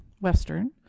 western